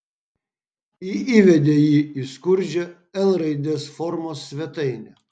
ji įvedė jį į skurdžią l raidės formos svetainę